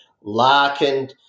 Larkin